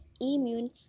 immune